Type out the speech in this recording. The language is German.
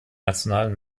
nationalen